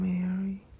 Mary